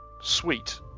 Sweet